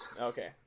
Okay